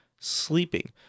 Sleeping